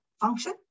function